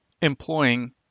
employing